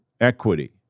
equity